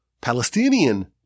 Palestinian